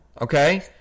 okay